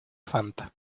fanta